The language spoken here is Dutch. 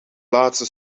laatste